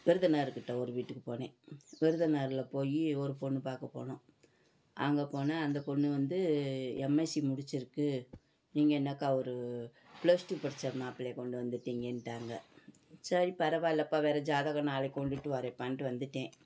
விருதுநகர்க்கிட்டே ஒரு வீட்டுக்கு போனேன் விருதுநகரில் போய் ஒரு பொண்ணு பார்க்க போனோம் அங்கே போனால் அந்த பொண்ணு வந்து எம்எஸ்சி முடிச்சுருக்கு நீங்கள் என்னக்கா ஒரு ஃப்ளஸ் டூ படித்த மாப்பிளையை கொண்டு வந்துட்டீங்கன்ட்டாங்க சரி பரவாயில்லப்பா வேறு ஜாதகம் நாளைக்கு கொண்டுவிட்டு வரேன்ப்பான்னு வந்துவிட்டேன்